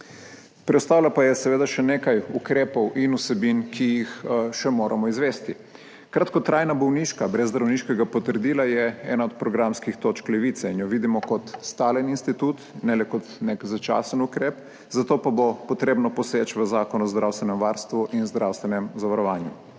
Preostalo pa je seveda še nekaj ukrepov in vsebin, ki jih še moramo izvesti. Kratkotrajna bolniška brez zdravniškega potrdila je ena od programskih točk Levice in jo vidimo kot stalen institut, ne le kot nek začasen ukrep, za to pa bo treba poseči v Zakon o zdravstvenem varstvu in zdravstvenem zavarovanju.